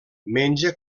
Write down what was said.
menja